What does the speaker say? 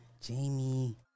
Jamie